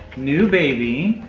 new baby.